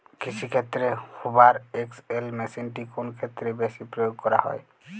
কৃষিক্ষেত্রে Hoover XL মেশিনটি কোন ক্ষেত্রে বেশি প্রয়োগ করা হয়?